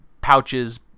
pouches